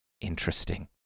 interesting